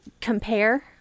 compare